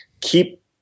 keep